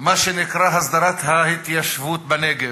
מה שנקרא "הסדרת ההתיישבות בנגב".